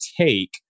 take